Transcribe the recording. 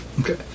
Okay